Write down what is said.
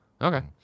Okay